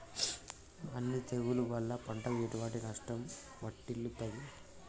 అగ్గి తెగులు వల్ల పంటకు ఎటువంటి నష్టం వాటిల్లుతది?